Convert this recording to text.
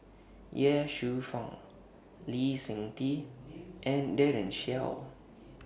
Ye Shufang Lee Seng Tee and Daren Shiau